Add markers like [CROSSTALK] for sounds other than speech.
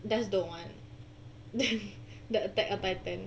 just don't want [NOISE] the the attack of titan